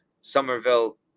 Somerville